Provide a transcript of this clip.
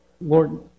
Lord